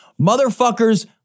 Motherfuckers